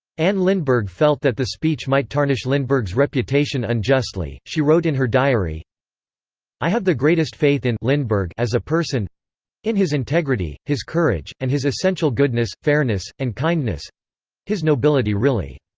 anne lindbergh felt that the speech might tarnish lindbergh's reputation unjustly she wrote in her diary i have the greatest faith in as a person in his integrity, his courage, and his essential goodness, fairness, and kindness his nobility really.